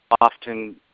often